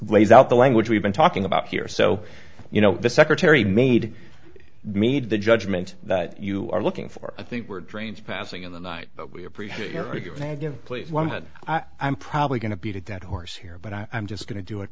lays out the language we've been talking about here so you know the secretary made made the judgment that you are looking for i think we're drains passing in the night but we appreciate your thank you please one i'm probably going to beat a dead horse here but i'm just going to do it